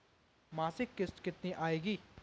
मासिक किश्त कितनी आएगी?